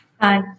Hi